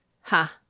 ha